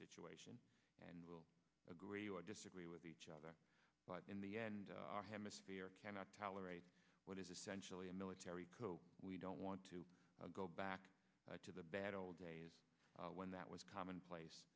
situation and will agree or disagree with each other but in the end our hemisphere cannot tolerate what is essentially a military coup we don't want to go back to the bad old days when that was commonplace